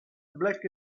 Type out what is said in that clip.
black